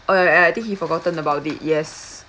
oh uh uh I think he forgotten about it yes